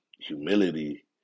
humility